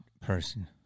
person